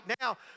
now